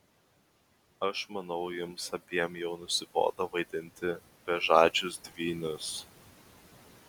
aš manau jums abiem jau nusibodo vaidinti bežadžius dvynius